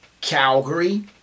Calgary